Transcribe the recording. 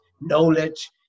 knowledge